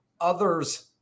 others